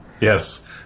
Yes